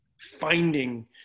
finding